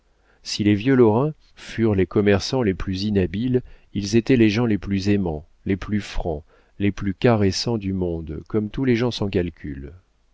si les vieux lorrain furent les commerçants les plus inhabiles ils étaient les gens les plus aimants les plus francs les plus caressants du monde comme tous les gens sans calcul